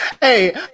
Hey